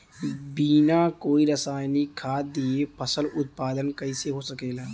बिना कोई रसायनिक खाद दिए फसल उत्पादन कइसे हो सकेला?